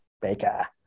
Baker